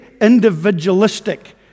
individualistic